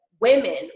women